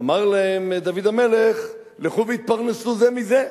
אמר להם דוד המלך: לכו והתפרנסו זה מזה.